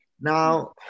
Now